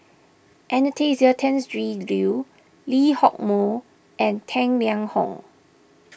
Anastasia Tjendri Liew Lee Hock Moh and Tang Liang Hong